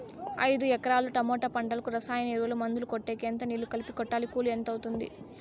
ఐదు ఎకరాల టమోటా పంటకు రసాయన ఎరువుల, మందులు కొట్టేకి ఎంత నీళ్లు కలిపి కొట్టాలి? కూలీ ఎంత అవుతుంది?